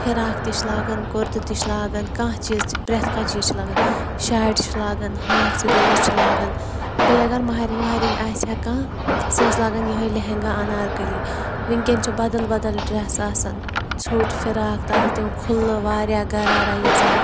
frock تہِ چھِ لاگان کُرتہٕ تہِ چھِ لاگان کانٛہہ چیٖز پرٮ۪تھ کانٛہہ چیٖز چھِ لاگان شاٹہِ چھِ لاگان ہاف سِلیٖوٕز چھِ لاگان بیٚیہِ اگر مہرٮ۪ن وہرٮ۪ن آسہِ ہا کانٛہہ سۄ ٲسۍ لاگان یِہٕے لٮ۪ہنٛگا اَنارکٔلی وَنکیٚن چھِ بَدَل بَدَل ڈرٛٮ۪س آسان ژھۄٹۍ فِراک تَلہٕ تہِ کھُلہٕ واریاہ گَرارا یَزار